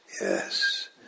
yes